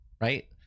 right